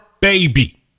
baby